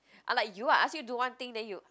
unlike you I ask you do one thing then you